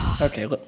Okay